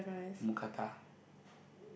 mookata